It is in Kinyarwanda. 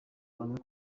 bamaze